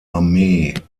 armee